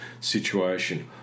situation